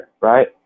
right